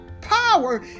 power